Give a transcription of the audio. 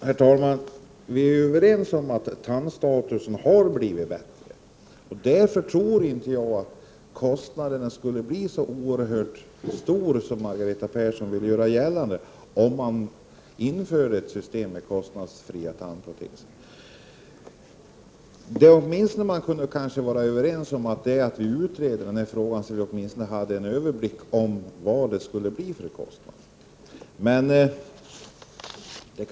Herr talman! Vi är överens om att tandstatusen har blivit bättre. Därför tror jag inte att kostnaderna skulle bli så oerhört stora, som Margareta Persson gjorde gällande, om man införde ett system med kostnadsfria tandproteser. Vi borde åtminstone kunna vara överens om att utreda den här frågan, så att vi har en överblick över vilka kostnader det blir.